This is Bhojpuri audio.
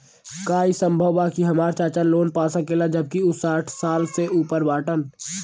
का ई संभव बा कि हमार चाचा लोन पा सकेला जबकि उ साठ साल से ऊपर बाटन?